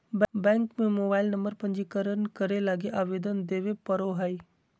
bank में mobile number पंजीकरण करे लगी आवेदन देबे पड़ो हइ